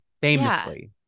Famously